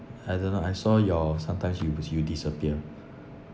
I don't know I saw your sometimes you you disappear